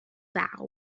vow